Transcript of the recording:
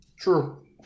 True